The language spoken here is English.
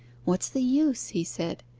what's the use he said.